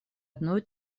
одной